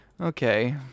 okay